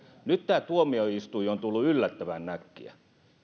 nyt tämä tuomioistuin on on tullut yllättävän äkkiä